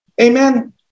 Amen